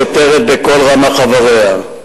שוטרת בכל רמ"ח איבריה.